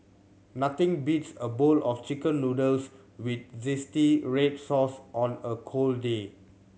nothing beats a bowl of Chicken Noodles with red sauce on a cold day